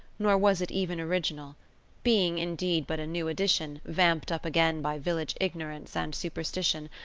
nor was it even original being, indeed, but a new edition, vamped up again by village ignorance and superstition,